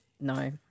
no